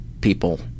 people